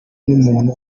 n’umuntu